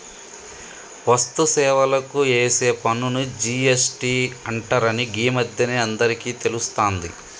వస్తు సేవలకు ఏసే పన్నుని జి.ఎస్.టి అంటరని గీ మధ్యనే అందరికీ తెలుస్తాంది